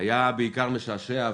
היה בעיקר משעשע.